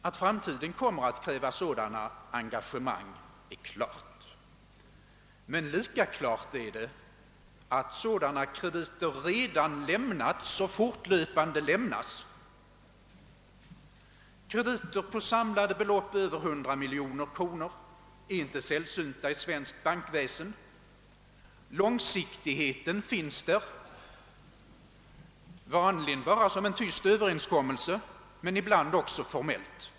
Att framtiden kommer att kräva sådana engagemang är klart, men lika klart är det att sådana krediter redan lämnats och fortlöpande lämnas. Krediter på samlade belopp över 100 miljoner kronor är inte sällsynta i svenskt bankväsen. Långsiktigheten finns där, vanligen bara som en tyst överenskommelse, men ibland också formellt.